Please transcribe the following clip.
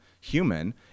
human